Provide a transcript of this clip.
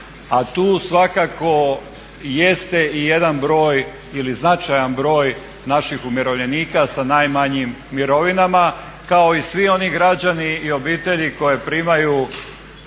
a tu svakako jeste i jedan broj ili značajan broj naših umirovljenika sa najmanjim mirovinama, kao i svi oni građani i obitelji koje primaju